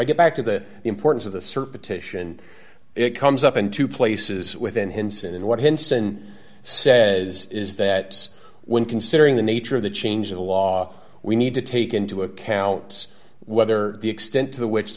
get back to the importance of the circuit titian it comes up in two places within hinson and what hinson says is that when considering the nature of the change of the law we need to take into account whether the extent to which